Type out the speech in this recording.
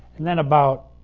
then about,